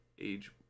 age